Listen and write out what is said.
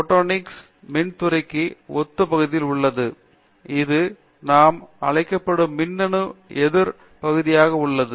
photonics மின் துறைக்கு ஒத்த பகுதியில் உள்ளது இது நாம் அழைக்கப்படும் மின்னணு எதிர் பகுதியாக உள்ளது